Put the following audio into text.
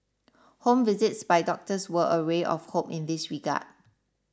home visits by doctors were a ray of hope in this regard